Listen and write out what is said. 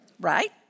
right